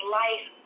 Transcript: life